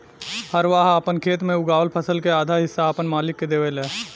हरवाह आपन खेत मे उगावल फसल के आधा हिस्सा आपन मालिक के देवेले